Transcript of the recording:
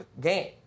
game